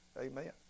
Amen